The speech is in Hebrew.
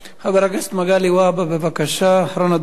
חבר הכנסת מגלי והבה, בבקשה, אחרון הדוברים,